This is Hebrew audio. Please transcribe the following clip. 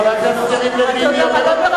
חבר הכנסת יריב לוין,